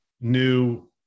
new